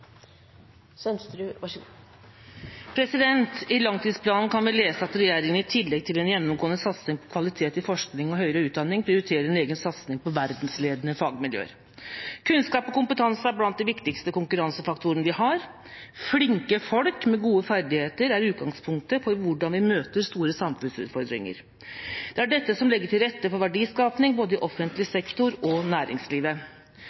høyere utdanning prioriterer en egen satsing på verdensledende fagmiljøer. «Kunnskap og kompetanse er blant de viktigste konkurransefaktorene vi har. … flinke folk med gode ferdigheter er utgangspunktet for hvordan vi møter store samfunnsutfordringer. Det er også dette som legger til rette for verdiskaping, både i offentlig sektor og i næringslivet.